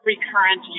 recurrent